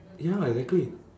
ya exactly